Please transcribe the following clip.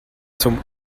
zum